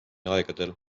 aegadel